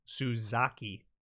suzaki